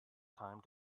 time